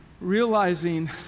realizing